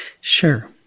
Sure